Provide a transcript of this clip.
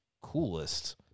coolest